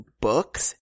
books